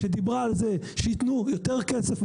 שדיברה על זה שיתנו יותר כסף,